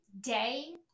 day